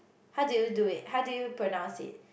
how do you do it how do you pronounce it